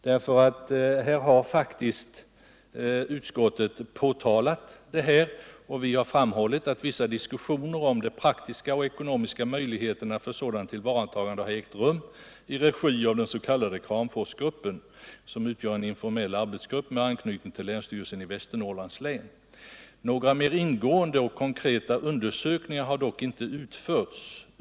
Utskottet har faktiskt berört detta, och vi har framhållit: ”Vissa diskussioner om de praktiska och ekonomiska möjligheterna för sådant tillvaratagande har ägt rum i regi av den s.k. Kramforsgruppen, som utgör en informell arbetsgrupp med anknytning till länsstyrelsen i Västernorrlands län. Några mer ingående och konkreta undersökningar har dock inte utförts.